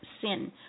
sin